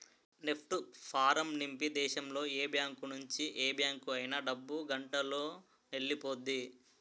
NEFT form నింపి దేశంలో ఏ బ్యాంకు నుంచి ఏ బ్యాంక్ అయినా డబ్బు గంటలోనెల్లిపొద్ది